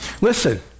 Listen